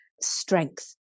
strength